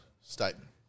statement